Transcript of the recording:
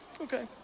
okay